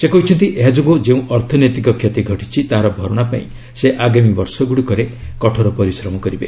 ସେ କହିଛନ୍ତି ଏହା ଯୋଗୁଁ ଯେଉଁ ଅର୍ଥନୈତିକ କ୍ଷତି ଘଟିଛି ତାହାର ଭରଣା ପାଇଁ ସେ ଆଗାମୀ ବର୍ଷଗୁଡ଼ିକରେ କଠୋର ପରିଶ୍ରମ କରିବେ